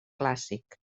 clàssic